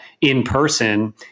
in-person